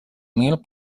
mil